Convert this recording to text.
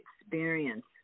experience